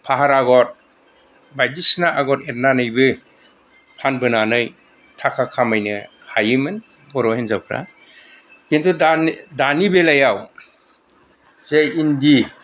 फाहार आगर बायदिसिना आगर एरनानैबो फानबोनानै थाखा खामायनो हायोमोन बर' हिनजावफोरा खिन्थु दा दानि बेलायाव जे इन्दि